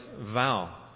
vow